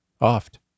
oft